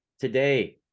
Today